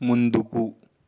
ముందుకు